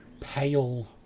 pale